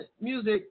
music